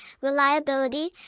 reliability